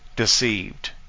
deceived